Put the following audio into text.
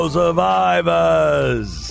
survivors